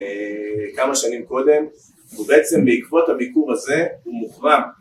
כמה שנים קודם, ובעצם בעקבות הביקור הזה הוא מוחרם.